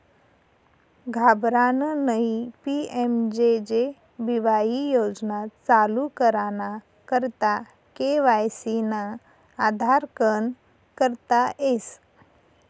घाबरानं नयी PMJJ BY योजना चालू कराना करता के.वाय.सी ना आधारकन करता येस